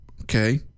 Okay